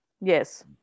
yes